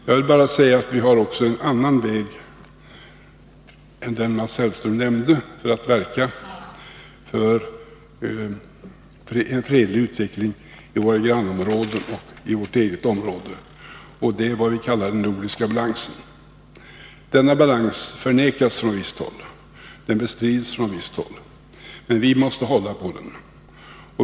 Jag vill bara säga att vi också har en annan väg än den Mats Hellström nämnde för att verka för en fredlig utveckling i våra grannområden och vårt eget område, och det är vad vi kallar den nordiska balansen. Denna balans bestrids från visst håll, men vi måste hålla på den.